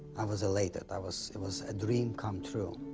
i was elated. i was it was a dream come true.